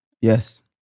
Yes